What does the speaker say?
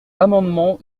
amendement